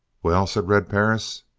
well? said red perris.